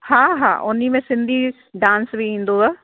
हा हा उन में सिंधी डांस बि ईंदो